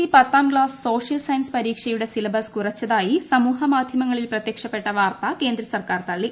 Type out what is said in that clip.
E പത്താം class social science പരീക്ഷയുടെ syllabus കുറച്ചതായി ്രസാമൂഹ്യമാധ്യമങ്ങളിൽ പ്രത്യക്ഷപ്പെട്ട വാർത്ത കേന്ദ്ര സർക്കാർ തള്ളി